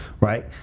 Right